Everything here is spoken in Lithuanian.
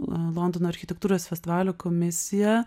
londono architektūros festivalio komisija